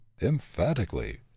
emphatically